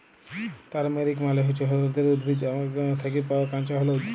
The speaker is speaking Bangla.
তারমেরিক মালে হচ্যে হল্যদের উদ্ভিদ থ্যাকে পাওয়া কাঁচা হল্যদ